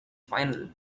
final